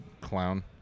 Clown